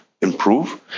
improve